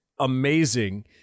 amazing